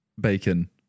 bacon